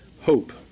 Hope